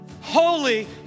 holy